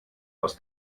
aus